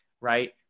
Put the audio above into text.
right